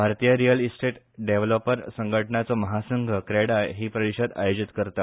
भारतीय real estate developer संघटनांचो महासंघ क्रेडाय ही परीषद आयोजित करता